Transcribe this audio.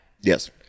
Yes